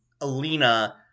Alina